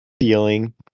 feeling